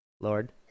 Lord